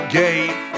gate